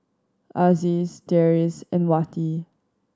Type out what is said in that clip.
Aziz Deris and Wati